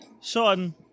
Sean